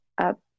up